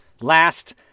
last